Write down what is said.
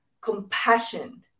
compassion